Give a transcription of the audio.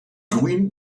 grün